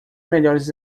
melhores